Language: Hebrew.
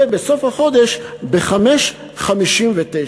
ובסוף החודש, ב-05:59.